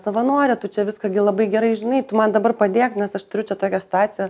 savanorė tu čia viską gi labai gerai žinai tu man dabar padėk nes aš turiu čia tokią situaciją